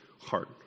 heart